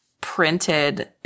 printed –